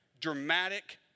dramatic